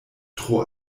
tro